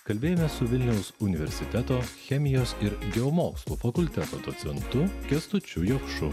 kalbėjomės su vilniaus universiteto chemijos ir geomokslų fakulteto docentu kęstučiu jokšu